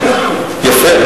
יפה.